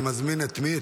אני מזמין את מי?